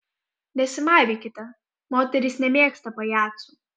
nesimaivykite moterys nemėgsta pajacų